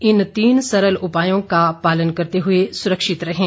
इन तीन सरल उपायों का पालन करते हुए सुरक्षित रहें